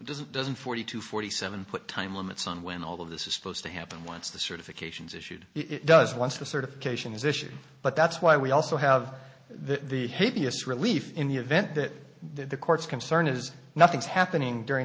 doesn't doesn't forty two forty seven put time limits on when all of this is supposed to happen once the certifications issued it does once the certification is issued but that's why we also have the the hippias relief in the event that the court's concern is nothing's happening during